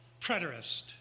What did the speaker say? preterist